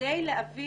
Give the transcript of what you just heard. כדי להביא